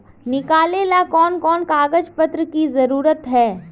निकाले ला कोन कोन कागज पत्र की जरूरत है?